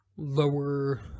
...lower